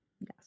Yes